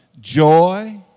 joy